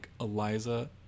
Eliza